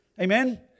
Amen